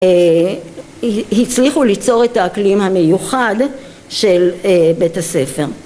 הצליחו ליצור את האקלים המיוחד של בית הספר